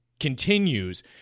Continues